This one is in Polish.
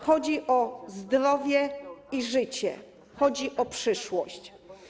Chodzi o zdrowie i życie, chodzi o przyszłość.